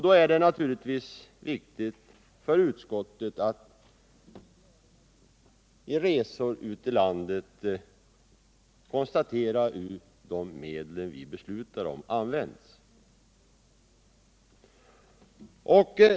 Då är det naturligtvis viktigt för utskottet att vid resor ute i landet konstatera hur de medel vi beslutar om används.